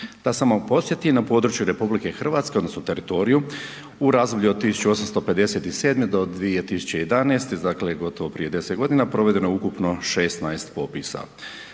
Da samo podsjetim, na području RH odnosno teritoriju u razdoblju od 1857. do 2011. dakle gotovo prije 10 godina provedeno je ukupno 16 popisa.